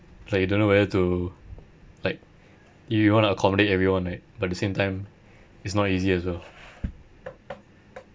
like you don't know whether to like you want to accommodate everyone right but the same time is not easy as well